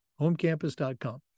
homecampus.com